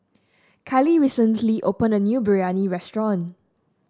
Kylee recently opened a new Biryani restaurant